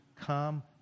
come